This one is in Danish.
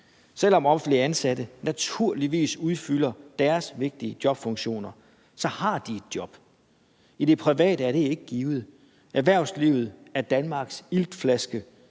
Selv om offentligt ansatte naturligvis udfylder deres vigtige jobfunktioner, så har de et job. I det private er det ikke givet. Erhvervslivet er Danmarks iltflaske.